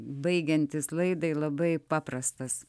baigiantis laidai labai paprastas